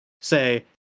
say